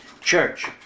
Church